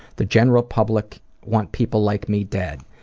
the general public want people like me dead.